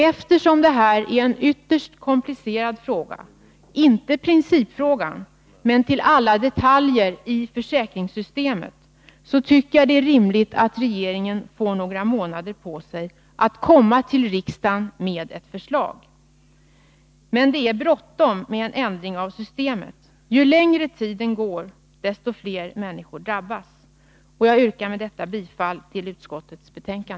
Eftersom det här är en ytterst komplicerad fråga —- inte principfrågan, men alla detaljer i försäkringssystemet — tycker jag att det är rimligt att regeringen får några månader på sig att lägga fram ett förslag för riksdagen. Men det är bråttom med en ändring av systemet. Ju längre tiden går, desto fler människor drabbas. Jag yrkar med detta bifall till utskottets hemställan.